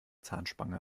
zahnspange